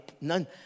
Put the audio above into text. none